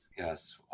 Yes